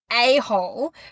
a-hole